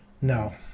No